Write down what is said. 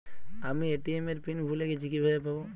আমি এ.টি.এম এর পিন ভুলে গেছি কিভাবে পাবো?